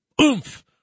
oomph